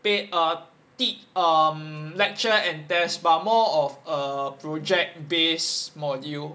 pa~ err ti~ um lecture and test but more of a project based module